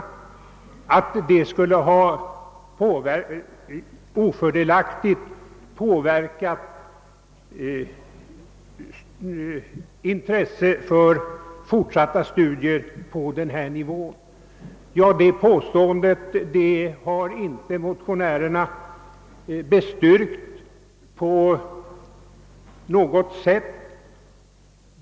Detta skulle ofördelaktigt påverka intresset för fortsatta studier på ifrågavarande nivå. Detta har inte av motionärerna på något sätt bestyrkts.